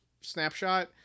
snapshot